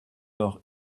heure